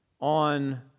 on